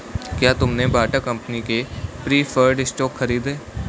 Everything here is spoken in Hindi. क्या तुमने बाटा कंपनी के प्रिफर्ड स्टॉक खरीदे?